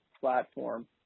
platform